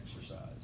exercise